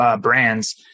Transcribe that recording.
brands